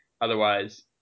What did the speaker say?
otherwise